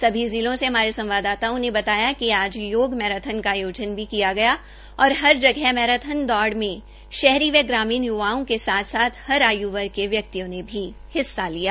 सभी जिलों से हमारे संवाददाताओं ने बताया कि आज योग मैराथान की आयोजन भी किया गया और हर जगह मैराथन दौड़ में शहरी व ग्रामीण य्वाओं के साथ साथ हर आय् वर्ग के व्यक्तियों ने हिस्सा लिया